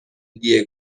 دیه